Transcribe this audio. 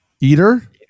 Eater